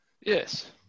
Yes